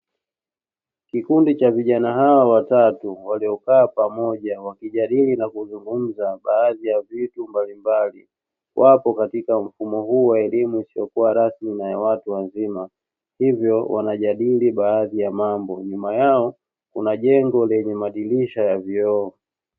Kikundi cha vijana hawa watatu waliokaa pamoja wakijadili na kuzungumza baadhi ya vitu mbalimbali, wapo katika mfumo huu wa elimu usiokuwa rasmi na ya watu wazima hivyo wanajadili baadhi ya mambo. Nyuma yao kuna jengo lenye madirisha ya vioo.